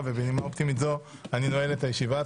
בנימה אופטימית זו, אני נועל את הישיבה.